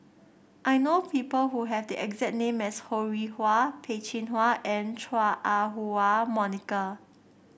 I know people who have the exact name as Ho Rih Hwa Peh Chin Hua and Chua Ah Huwa Monica